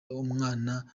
umwana